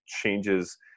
changes